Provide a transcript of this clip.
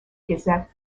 gazette